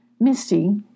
Misty